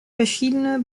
verschiedene